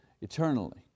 eternally